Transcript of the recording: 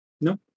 No